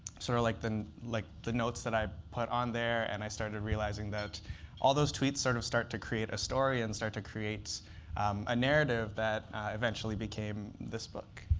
sort of like the like the notes that i put on there. and i started realizing that all those tweets sort of start to create a story and start to create a narrative that eventually became this book.